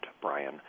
Brian